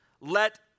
Let